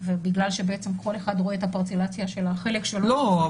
ובגלל שכל אחד רואה את הפרצלציה של החלק שלו --- לא,